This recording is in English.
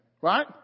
right